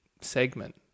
segment